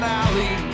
alley